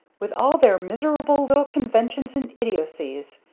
with all their miserable little conventions and idiocies!